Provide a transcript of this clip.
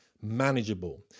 Manageable